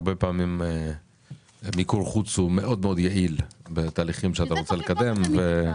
הרבה פעמים מיקור חוץ הוא מאוד יעיל בתהליכים שרוצים לקדם.